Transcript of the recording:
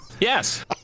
Yes